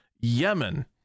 Yemen